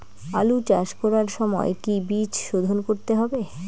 আলু চাষ করার সময় কি বীজ শোধন করতে হবে?